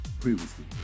previously